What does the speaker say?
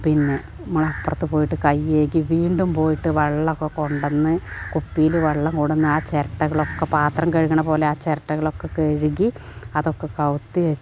പിന്നെ നമ്മളപ്പുറത്തു പോയിട്ട് കൈകഴുകി വീണ്ടും പോയിട്ട് വെള്ളമൊക്കെ കൊണ്ടു വന്നു കുപ്പിയിൽ വെള്ളം കൊണ്ടു വന്ന് ആ ചിരട്ടകളൊക്കെ പാത്രം കഴുകണ പോലെ ആ ചിരട്ടകളൊക്കെ കഴുകി അതൊക്കെ കമഴ്ത്തി വെച്ച്